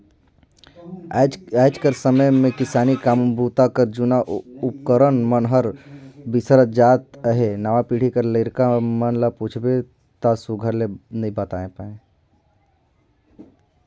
आएज कर समे मे किसानी काम बूता कर जूना उपकरन मन हर बिसरत जात अहे नावा पीढ़ी कर लरिका मन ल पूछबे ता सुग्घर ले बताए नी पाए